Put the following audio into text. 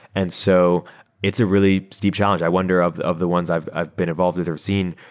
and so it's a really steep challenge. i wonder of of the ones i've i've been involved with or seen.